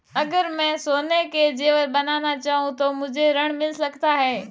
अगर मैं सोने के ज़ेवर बनाना चाहूं तो मुझे ऋण मिल सकता है?